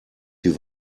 die